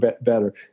better